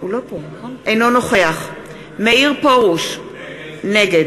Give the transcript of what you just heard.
אינו נוכח מאיר פרוש, נגד